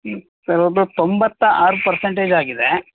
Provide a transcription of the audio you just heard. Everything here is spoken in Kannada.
ಹ್ಞೂ ಸರ್ ಅವ್ರದ್ದು ತೊಂಬತ್ತ ಆರು ಪರ್ಸಂಟೇಜ್ ಆಗಿದೆ